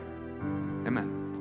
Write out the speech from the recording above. Amen